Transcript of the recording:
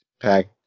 pack